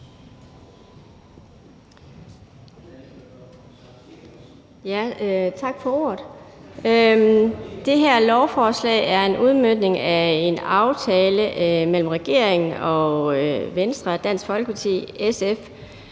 Tak for ordet. Det her lovforslag er en udmøntning af en aftale mellem regeringen, Venstre, Dansk Folkeparti, SF,